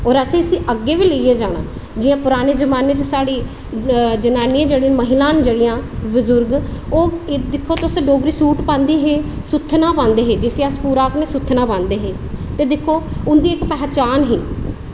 होर असें इसी अग्गें बी लेइयै जाना ऐ जियां पुराने जमानै च साढ़ी जनानियां न जेह्ड़ियां महिलाऐं न जेह्ड़ियां बजुर्ग ओह् दिक्खो तुस डोगरी सूट पांदे हे सुत्थन पांदे हे जिसी अस आक्खनै सुत्थन पांदे हे ते दिक्खो उंदी इक्क पहचान ही